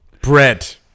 Bread